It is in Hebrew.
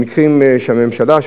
במקרים שהמדינה,